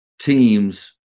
teams